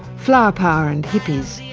flower power and hippies,